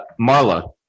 Marla